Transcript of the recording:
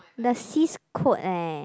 the sis quote eh